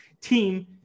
team